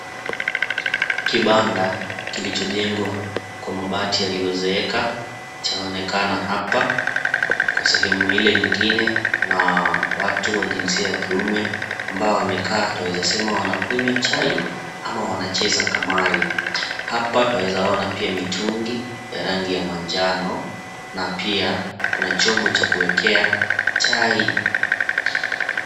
Kibanda kilichojengwa kwa mabati yaliyozeeka chaonekana hapa kwa sehemu ile nyingine na watu wa jinsia ya kiume ambao wamekaa twaweza sema wanakunywa chai ama wanacheza kamare. Hapa twaweza ona pia mitungi ya rangi ya manjano na pia kuna chombo cha kuekea chai.